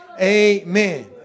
amen